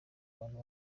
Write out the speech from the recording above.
abantu